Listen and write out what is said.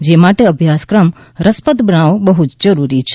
જે માટે અભ્યાસક્રમ રસપ્રદે બનાવવો બહ્ જ જરૂરી છે